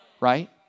right